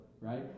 Right